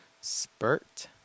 Spurt